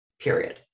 period